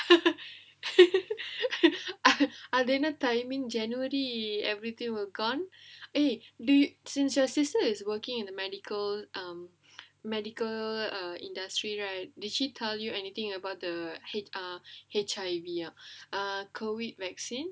அது என்ன:athu enna timing january everything will gone eh since your sister is working in the medical um medical uh industry right did she tell you anything about the H_I H_I_V ah uh COVID vaccine